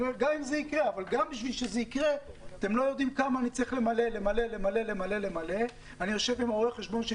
גם אם זה יקרה אתם לא יודעים כמה מסמכים צריך למלא יחד עם רואה החשבון,